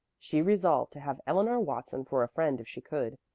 she resolved to have eleanor watson for a friend if she could,